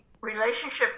relationship